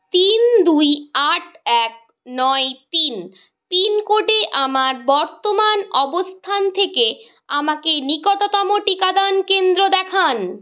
তিন দুই আট এক নয় তিন পিনকোডে আমার বর্তমান অবস্থান থেকে আমাকে নিকটতম টিকাদান কেন্দ্র দেখান